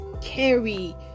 carry